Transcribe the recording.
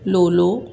लोलो